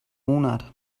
monat